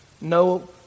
no